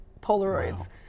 polaroids